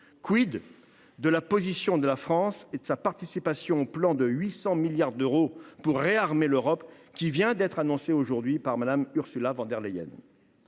? de la position de la France et de sa participation au plan de 800 milliards d’euros pour réarmer l’Europe qui vient d’être annoncé aujourd’hui par Mme Ursula von der Leyen ?